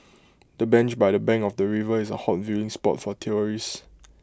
the bench by the bank of the river is A hot viewing spot for tourists